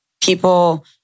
people